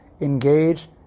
engage